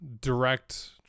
direct